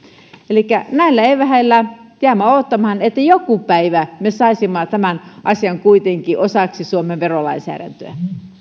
elikkä näillä eväillä jäämme odottamaan että joku päivä me saisimme tämän asian kuitenkin osaksi suomen verolainsäädäntöä